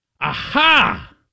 aha